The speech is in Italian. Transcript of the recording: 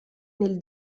nel